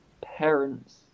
parent's